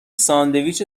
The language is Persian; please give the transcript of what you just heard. ساندویچ